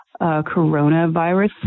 coronavirus